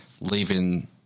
leaving